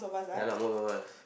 ya lah most of us